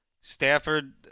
Stafford